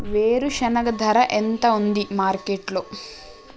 వేరుశెనగ ధర ఎంత ఉంది మార్కెట్ లో?